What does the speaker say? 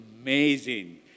amazing